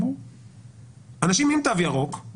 אנשים עם תו ירוק,